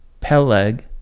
Peleg